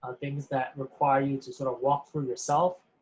and things that require you to sort of walk through yourself.